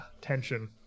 tension